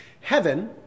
Heaven